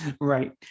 Right